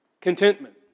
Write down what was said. contentment